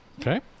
Okay